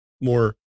more